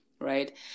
right